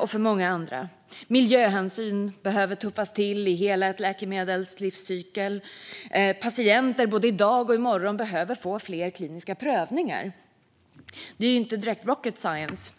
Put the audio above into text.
och för många andra. Miljöhänsynen behöver tuffas till i hela läkemedelslivscykeln. Patienter både i dag och i morgon behöver få fler kliniska prövningar. Det är ju inte direkt rocket science.